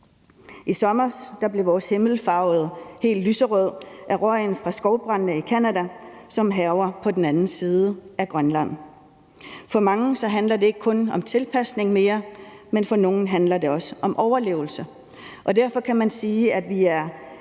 I sommer blev vores himmel farvet helt lyserød af røgen fra skovbrandene i Canada, som hærgede på den anden side af havet. For mange handler det ikke mere kun om tilpasning, men om overlevelse. Derfor kan man sige, at vi